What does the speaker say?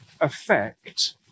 affect